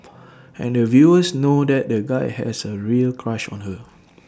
and the viewers know that the guy has A real crush on her